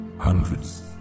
hundreds